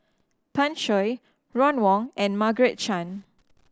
Pan Shou Ron Wong and Margaret Chan